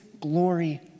glory